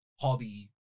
hobby